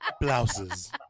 Blouses